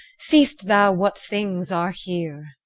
see'st thou what things are here?